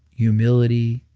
humility,